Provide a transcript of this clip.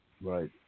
Right